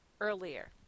earlier